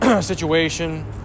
situation